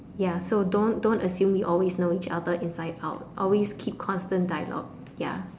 ya so don't don't assume you always know each other inside out always keep constant dialogue ya